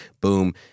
Boom